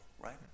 right